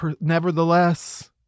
nevertheless